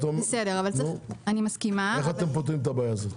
אתם פותרים את הבעיה הזאת?